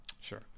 sure